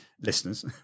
listeners